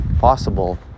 possible